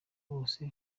wose